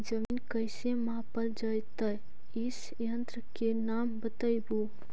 जमीन कैसे मापल जयतय इस यन्त्र के नाम बतयबु?